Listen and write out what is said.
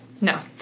No